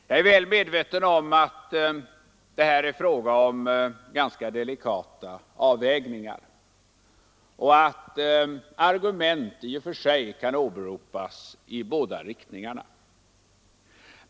Jag är väl medveten om att det här är fråga om ganska delikata avvägningar och att argument i och för sig kan åberopas i båda riktningarna.